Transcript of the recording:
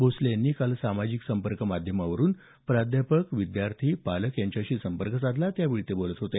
भोसले यांनी काल सामाजिक संपर्क माध्यमावरुन प्राध्यापक विद्यार्थी पालक यांच्याशी संपर्क साधला त्यावेळी ते बोलत होते